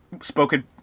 spoken